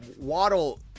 Waddle